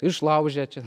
išlaužia čia